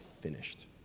finished